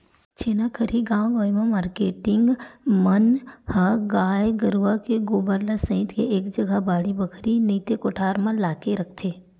छेना खरही गाँव गंवई म मारकेटिंग मन ह गाय गरुवा के गोबर ल सइत के एक जगा बाड़ी बखरी नइते कोठार म लाके रखथे